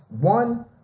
One